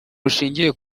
bushinjyiye